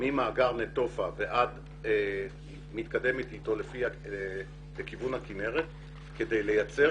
ממאגר נטופה ומתקדמת אתו לכיוון הכינרת כדי לייצר